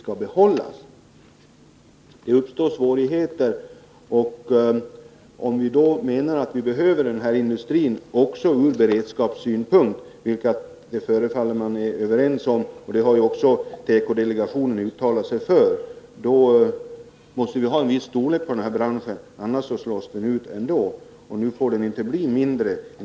Annars uppstår svårigheter. Om vi dessutom behöver denna industri ur beredskapssynpunkt — vilket man förefaller vara överens om, och det har ju också tekodelegationen uttalat sig för — måste vi ha en viss storlek på branschen. Annars slås den ut. Nu får den inte bli mindre.